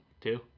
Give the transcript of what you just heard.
Two